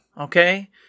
Okay